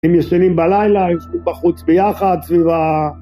אם ישנים בלילה, יושבים בחוץ ביחד, סביב ה...